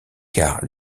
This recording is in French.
car